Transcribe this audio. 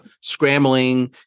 scrambling